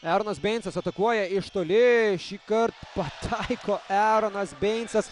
eronas beincas atakuoja iš toli šįkart pataiko eronas beincas